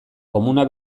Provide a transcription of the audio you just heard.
komuna